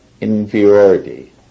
inferiority